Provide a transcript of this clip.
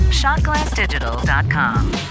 shotglassdigital.com